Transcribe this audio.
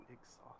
exhausted